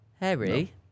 Harry